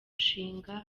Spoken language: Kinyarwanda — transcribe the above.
ishinga